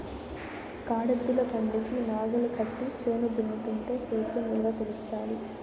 కాడెద్దుల బండికి నాగలి కట్టి చేను దున్నుతుంటే సేద్యం విలువ తెలుస్తాది